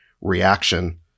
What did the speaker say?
reaction